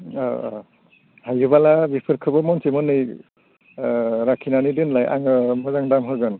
औ औ हायोब्ला बेफोरखौबो महनसे महननै ओ लाखिनानै दोनलाय आङो मोजां दाम होगोन